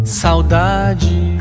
saudade